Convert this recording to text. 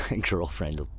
girlfriend